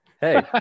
Hey